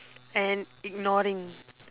and ignoring